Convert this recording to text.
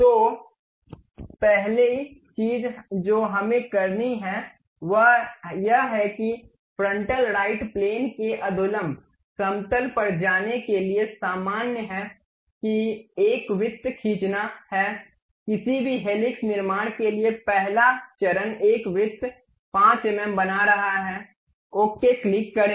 तो पहली चीज जो हमें करनी है वह यह है कि फ्रंटल राइट प्लेन के अधोलंब समतल पर जाने के लिए सामान्य है कि एक वृत्त खींचना है किसी भी हेलिक्स निर्माण के लिए पहला चरण एक वृत्त 5 एमएम बना रहा है ओके क्लिक करें